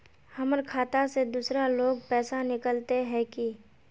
हमर खाता से दूसरा लोग पैसा निकलते है की?